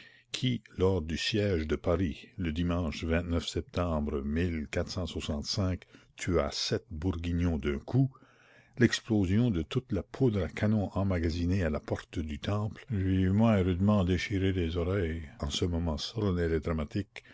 qui lors du siège de paris le dimanche septembre tua sept bourguignons d'un coup l'explosion de toute la poudre à canon emmagasinée à la porte du temple lui eût moins rudement déchiré les oreilles en ce moment solennel et dramatique